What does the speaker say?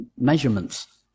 measurements